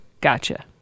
Gotcha